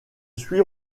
suis